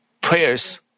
prayers